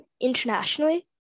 internationally